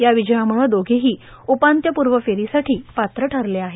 या विजयामूळं दोघेही उपान्त्यपूर्व फेरीसाठी पात्र ठरले आहेत